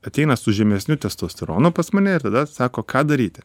ateina su žemesniu testosteronu pas mane ir tada sako ką daryti